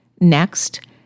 Next